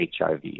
HIV